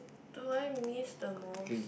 do I miss the most